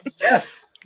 Yes